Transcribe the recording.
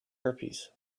herpes